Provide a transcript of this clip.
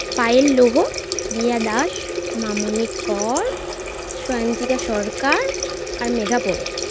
পায়েল লোগো রিয়া দাস মামনি কর সায়ন্তিকা সরকার আর মেঘা পোরে